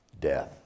Death